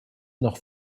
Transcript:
noch